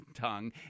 tongue